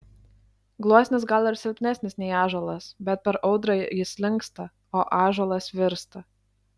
gluosnis gal ir silpnesnis nei ąžuolas bet per audrą jis linksta o ąžuolas virsta